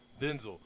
Denzel